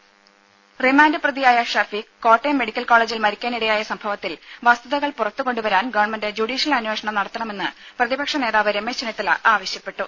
ദര റിമാൻഡ് പ്രതിയായ ഷഫീഖ് കോട്ടയം മെഡിക്കൽ കോളജിൽ മരിക്കാനിടയായ സംഭവത്തിൽ വസ്തുതകൾ പുറത്ത് കൊണ്ടുവരാൻ ഗവൺമെന്റ് ജുഡീഷ്യൽ അന്വേഷണം നടത്തണമെന്ന് പ്രതിപക്ഷ നേതാവ് രമേശ് ചെന്നിത്തല ആവശ്യപ്പെട്ടു